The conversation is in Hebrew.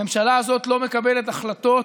הממשלה הזאת לא מקבלת החלטות.